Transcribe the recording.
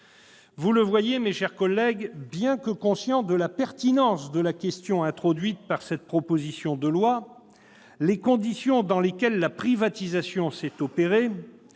Vous le voyez, mes chers collègues : bien que nous soyons conscients de la pertinence de la question posée au travers de cette proposition de loi, les conditions dans lesquelles la privatisation s'est opérée,